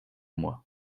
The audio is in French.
mois